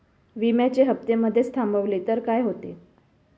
विम्याचे हफ्ते मधेच थांबवले तर काय होते?